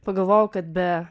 pagalvojau kad be